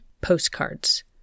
postcards